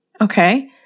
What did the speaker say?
Okay